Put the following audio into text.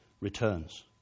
returns